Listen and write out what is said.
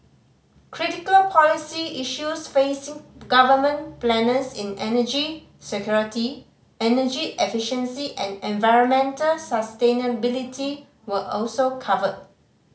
critical policy issues facing government planners in energy security energy efficiency and environmental sustainability were also covered